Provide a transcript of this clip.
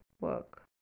work